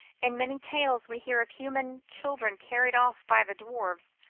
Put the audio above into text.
in many tales we hear of human children carried off by the dwarfs,